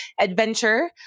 adventure